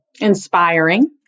Inspiring